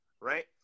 Right